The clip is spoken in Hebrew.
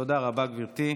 תודה רבה, גברתי.